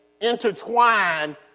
intertwined